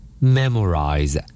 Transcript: Memorize